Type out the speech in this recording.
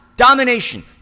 Domination